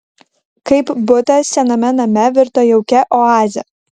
kaip butas sename name virto jaukia oaze